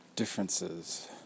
differences